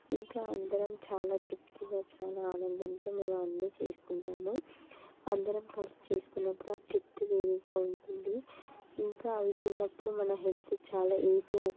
ఇంకా అందరం చాలా తృప్తిగా చాలా ఆనందంతో మేము అన్నీ చేసుకుంటాము అందరం కలిసి చేసుకున్న ఆ తృప్తి వేరేగా ఉంటుంది ఇంకా అవి తిన్నప్పుడు మన హెల్త్ చాలా ఏదో